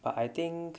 but I think